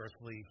earthly